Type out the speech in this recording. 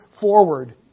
forward